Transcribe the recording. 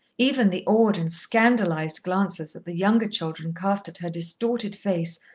even the awed and scandalized glances that the younger children cast at her distorted face,